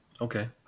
Okay